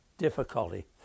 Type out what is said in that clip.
difficulty